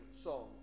song